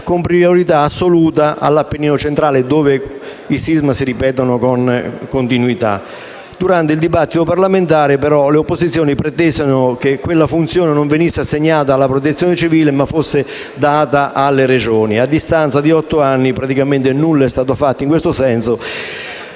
dando priorità assoluta all'Appennino centrale, dove i sismi si ripetono con continuità. Durante il dibattito parlamentare le opposizioni pretesero che la funzione non venisse assegnata alla Protezione civile, ma alle Regioni. A distanza di otto anni, nulla è stato fatto in questo senso,